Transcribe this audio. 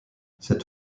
cette